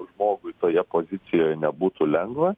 žmogui toje pozicijoje nebūtų lengva